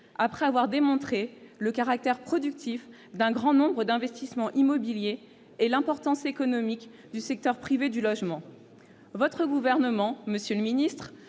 après avoir démontré le caractère productif d'un grand nombre d'investissements immobiliers et l'importance économique du secteur privé du logement. Le gouvernement auquel vous